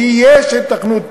כי יש היתכנות